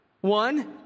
One